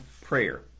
prayer